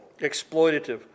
exploitative